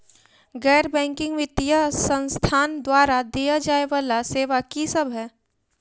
गैर बैंकिंग वित्तीय संस्थान द्वारा देय जाए वला सेवा की सब है?